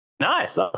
Nice